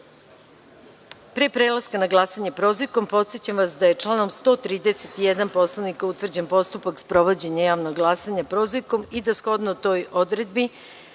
prelaska na glasanje prozivkom, podsećam vas da je članom 131. Poslovnika utvrđen postupak sprovođenja javnog glasanja prozivkom i da, shodno toj odredbi: